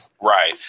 Right